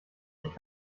ich